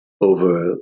over